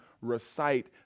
recite